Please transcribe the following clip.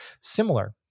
similar